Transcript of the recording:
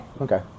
Okay